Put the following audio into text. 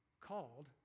called